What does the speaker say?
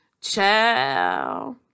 Ciao